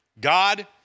God